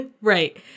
Right